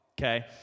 Okay